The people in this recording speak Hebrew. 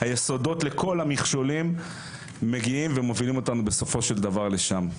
היסודות לכל המכשולים מובילים אותנו בסופו של דבר לשם.